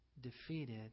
defeated